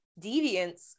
deviance